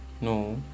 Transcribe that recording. No